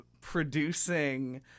producing